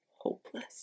hopeless